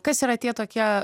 kas yra tie tokie